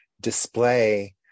display